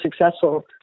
successful